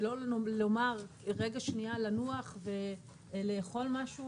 שלא לומר רגע שנייה לנוח ולאכול משהו